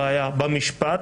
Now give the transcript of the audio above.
(של הראיה) במשפט